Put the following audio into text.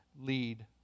Lead